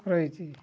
ରହିଛି